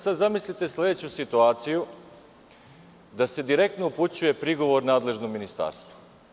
Sada zamislite sledeću situaciju da se direktno upućuje prigovor nadležnom ministarstvu.